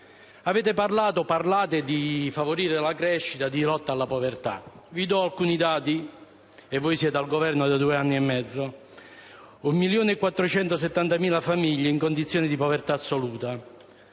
affermazioni. Parlate di favorire la crescita e di lotta alla povertà. Vi do alcuni dati, e voi siete al Governo da due anni e mezzo: 1,470 milioni di famiglie in condizioni di povertà assoluta,